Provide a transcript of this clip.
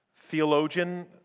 theologian